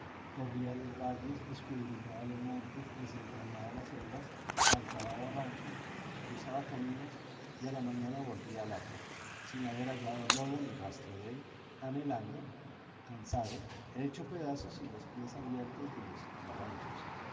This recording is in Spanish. corría los valles escudriñaba los montes desentrañaba las selvas saltaba barrancos cruzaba caminos y a la mañana volvía al hato sin haber hallado lobo ni rastro dél anhelando cansado hecho pedazos y los pies abiertos de los